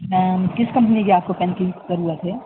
کس کمپنی کی آپ کو پن کی ضرورت ہے